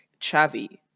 Chavi